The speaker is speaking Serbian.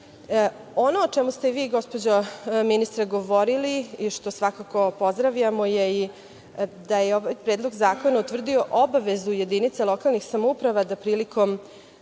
o čemu ste vi gospođo ministar govorili i što svakako pozdravljamo jeste da je ovaj predlog zakona utvrdio obavezu jedinice lokalne samouprave da prilikom